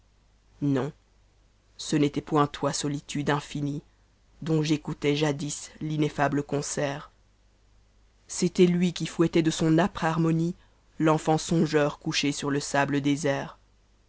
non ce n'était point toi sotitude infinle dont j'écoutais jadis l'ineffable concert c'était lui qui fouettait de son âpre harmonie l'enfant songeur couché sur le sable désert